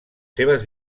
seves